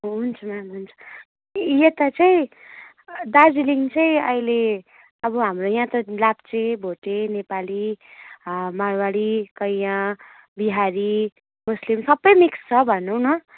यता चाहिँ दार्जिलिङ चैाहिँअहिले अब हाम्रो यहाँ त लाप्चे भोटे नेपाली मारवाडी कैयाँ बिहारी मुस्लिम सबै मिक्स छ भन्नु न